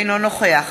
אינו נוכח